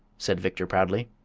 said victor, proudly.